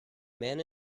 man